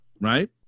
right